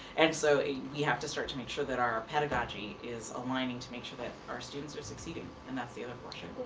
and so you have to start to make sure that our pedagogy is aligning to make sure that our students are succeeding. and that's the other portion.